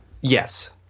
Yes